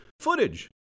Footage